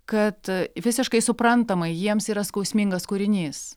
kad visiškai suprantama jiems yra skausmingas kūrinys